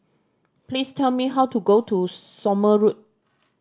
please tell me how to get to Somme Road